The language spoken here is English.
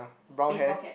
baseball cap